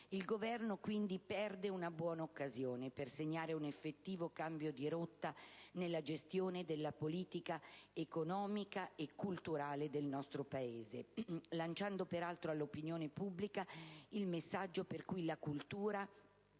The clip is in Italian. il Governo, perde una buona occasione per segnare un effettivo cambio di rotta nella gestione della politica economica e culturale del Paese, lanciando peraltro all'opinione pubblica il messaggio per cui la cultura